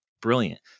Brilliant